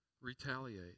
retaliate